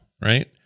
right